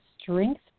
Strength